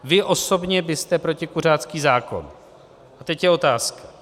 Vy osobně byste protikuřácký zákon a teď je otázka.